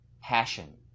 passion